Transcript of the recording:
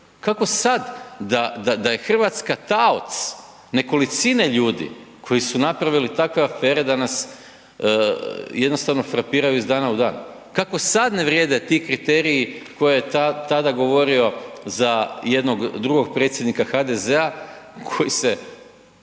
Kako sad da je Hrvatska taoc nekolicine ljudi koji su napravili takve afere da nas jednostavno frapiraju iz dana u dan. Kako sad ne vrijede ti kriteriji koje je tada govorio za jednog drugog predsjednika HDZ-a koji se,